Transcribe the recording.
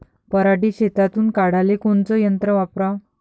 पराटी शेतातुन काढाले कोनचं यंत्र वापराव?